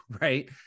right